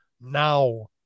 now